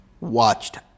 watched